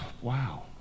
wow